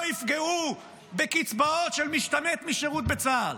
לא יפגעו בקצבאות של משתמט משירות בצה"ל.